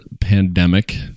pandemic